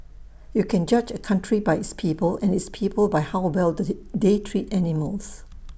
you can judge A country by its people and its people by how well they treat animals